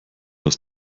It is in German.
aus